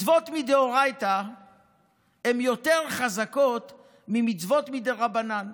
מצוות מדאורייתא הן יותר חזקות ממצוות מדרבנן.